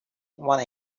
one